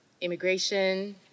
immigration